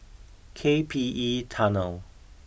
K P E Tunnel